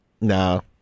No